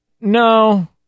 no